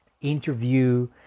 interview